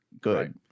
good